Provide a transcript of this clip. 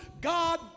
God